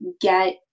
get